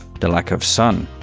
the lack of sun.